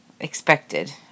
expected